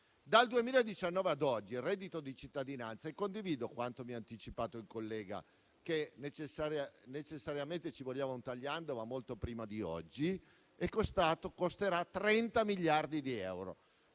Dal 2019 ad oggi il reddito di cittadinanza - condivido quanto ha detto prima il collega, e cioè che necessariamente ci voleva un tagliando, ma molto prima di oggi - è costato 30 miliardi di euro.